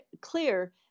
clear